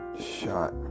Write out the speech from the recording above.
shot